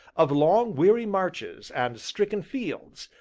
of long, weary marches, and stricken fields,